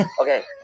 Okay